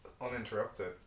uninterrupted